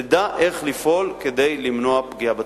נדע איך לפעול כדי למנוע פגיעה בתלמידים.